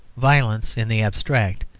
violence in the abstract,